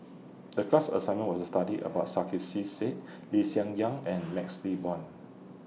The class assignment was to study about Sarkasi Said Lee Hsien Yang and MaxLe Blond